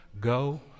go